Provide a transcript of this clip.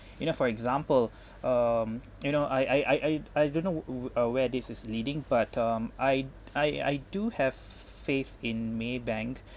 you know for example um you know I I I I don't know who uh where this is leading but um I I I do have faith in Maybank